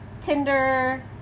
Tinder